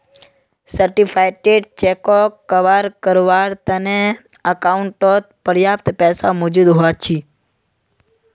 certified चेकोक cover कारवार तने अकाउंटओत पर्याप्त पैसा मौजूद हुवा चाहि